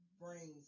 brings